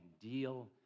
deal